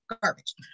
garbage